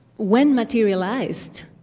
when materialized,